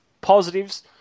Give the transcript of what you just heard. positives